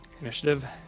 Initiative